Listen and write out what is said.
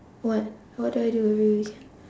what what do I do every weekend